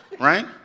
Right